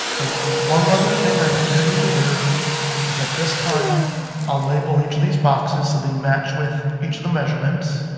the one other thing i do need to do is at this time i'll label each of these boxes so they match with each of the measurements.